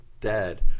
dead